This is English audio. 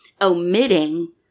omitting